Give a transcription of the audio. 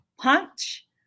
punch